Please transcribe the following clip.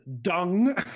dung